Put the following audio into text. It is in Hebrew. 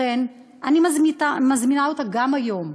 לכן אני מזמינה אותה גם היום: